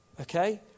Okay